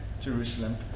jerusalem